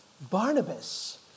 Barnabas